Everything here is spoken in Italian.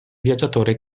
viaggiatore